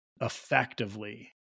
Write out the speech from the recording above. effectively